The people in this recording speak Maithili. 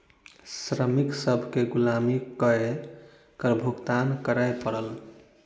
श्रमिक सभ केँ गुलामी कअ के कर भुगतान करअ पड़ल